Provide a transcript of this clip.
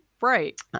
Right